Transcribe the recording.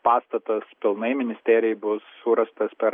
pastatas pilnai ministerijai bus surastas per